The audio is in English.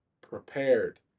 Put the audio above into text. prepared